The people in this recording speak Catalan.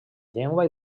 llengua